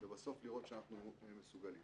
ובסוף לראות שאנחנו מסוגלים.